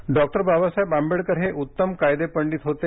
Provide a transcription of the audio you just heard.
प्रकाशन डॉक्टर बाबासाहेब आंबेडकर उत्तम कायदेपंडित होते